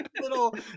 little